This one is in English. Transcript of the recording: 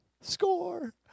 Score